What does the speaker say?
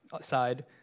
side